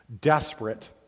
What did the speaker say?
desperate